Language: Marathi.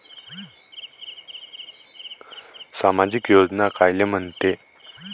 सामाजिक योजना कायले म्हंते?